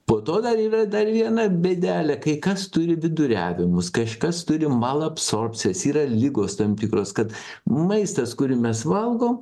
po to dar yra dar viena bėdelė kai kas turi viduriavimus kažkas turi malabsorbcijas yra ligos tam tikros kad maistas kurį mes valgom